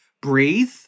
breathe